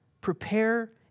Prepare